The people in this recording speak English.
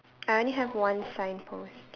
I only have one signpost